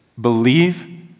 believe